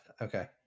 okay